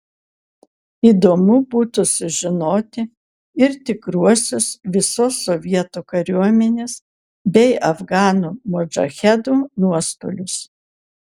įdomu būtų sužinoti ir tikruosius visos sovietų kariuomenės bei afganų modžahedų nuostolius